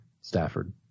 Stafford